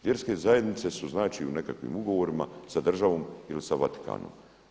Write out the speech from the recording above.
Vjerske zajednice su znači u nekakvim ugovorima sa državom ili sa Vatikanom.